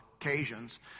occasions